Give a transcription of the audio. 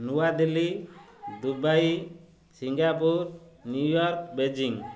New Delhi Dubai Singapore New York Beijing